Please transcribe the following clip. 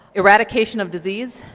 eradication of disease,